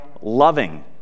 loving